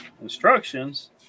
instructions